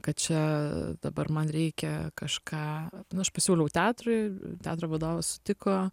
kad čia dabar man reikia kažką nu aš pasiūliau teatrui teatro vadovas sutiko